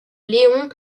leon